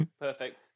Perfect